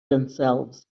themselves